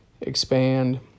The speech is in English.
expand